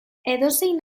edozein